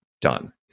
done